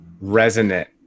resonant